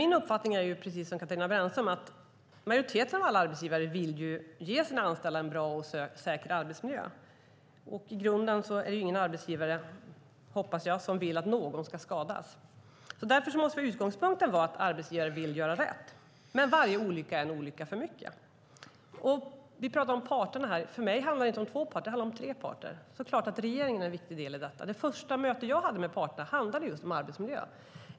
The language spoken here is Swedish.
Min uppfattning är, precis som Katarina Brännströms, att majoriteten av alla arbetsgivare vill ge sina anställda en bra och säker arbetsmiljö. I grunden hoppas jag att det inte är någon arbetsgivare som vill att någon ska skadas. Därför måste utgångspunkten vara att arbetsgivare vill göra rätt. Men varje olycka är en olycka för mycket. Vi talar om parterna här. För mig handlar det inte om två parter utan om tre parter. Det är klart att regeringen är en viktig del i detta. Det första mötet som jag hade med parterna handlade just om arbetsmiljön.